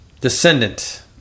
descendant